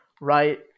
right